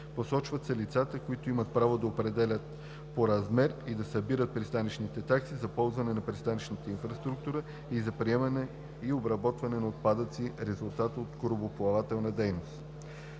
посочват се лицата, които имат право да определят по размер и да събират пристанищните такси за ползване на пристанищната инфраструктура и за приемане и обработване на отпадъци – резултат от корабоплавателна дейност.